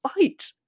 fight